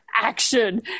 action